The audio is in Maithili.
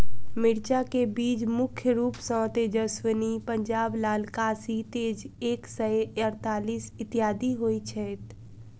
मिर्चा केँ बीज मुख्य रूप सँ तेजस्वनी, पंजाब लाल, काशी तेज एक सै अड़तालीस, इत्यादि होए छैथ?